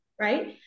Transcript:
right